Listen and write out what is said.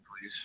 please